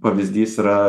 pavyzdys yra